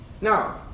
Now